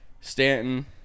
Stanton